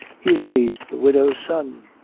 he raised the widow's son.